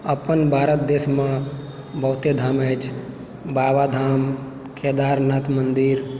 अपन भारत देशमे बहुते धाम अछि बाबा धाम केदारनाथ मन्दिर